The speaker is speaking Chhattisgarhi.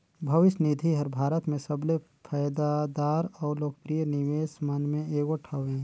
भविस निधि हर भारत में सबले फयदादार अउ लोकप्रिय निवेस मन में एगोट हवें